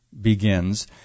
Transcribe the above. begins